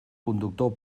conductor